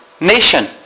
nation